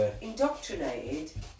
indoctrinated